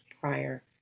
prior